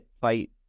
fight